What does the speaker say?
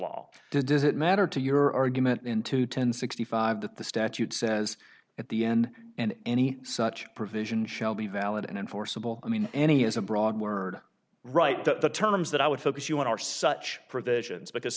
law does it matter to your argument in two ten sixty five that the statute says at the end and any such provision shall be valid and enforceable i mean any is a broad word right that the terms that i would focus you want are such provisions because